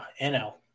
NL